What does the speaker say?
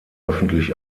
öffentlich